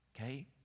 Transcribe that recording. okay